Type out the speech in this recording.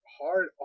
hard